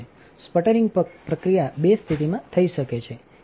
sputtering પ્રક્રિયાબેસ્થિતિમાં થઈ શકે છેએક ડી